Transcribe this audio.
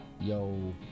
Yo